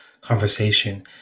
conversation